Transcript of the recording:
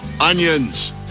Onions